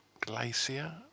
Glacier